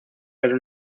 pero